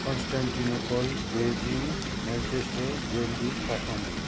Constantinople Beijing Manchester Delhi Kathmandu